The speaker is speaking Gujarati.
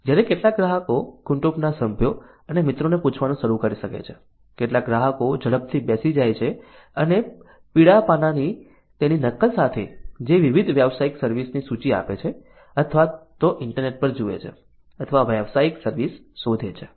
જ્યારે કેટલાક ગ્રાહકો કુટુંબના સભ્યો અને મિત્રોને પૂછવાનું શરૂ કરી શકે છે કેટલાક ગ્રાહકો ઝડપથી બેસી જાય છે અને પીળા પાનાની તેની નકલ સાથે જે વિવિધ વ્યાવસાયિક સર્વિસ ની સૂચિ આપે છે અથવા તો ઇન્ટરનેટ પર જુએ છે અથવા વ્યાવસાયિક સર્વિસ શોધે છે